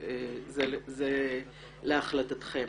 זה נתון להחלטתכם.